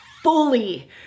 fully